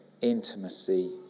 intimacy